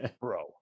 bro